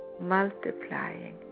multiplying